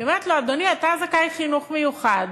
היא אומרת לו: אדוני, אתה זכאי לחינוך מיוחד,